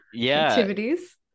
activities